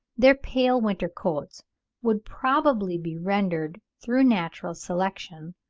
their pale winter-coats would probably be rendered through natural selection,